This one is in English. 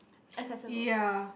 accessible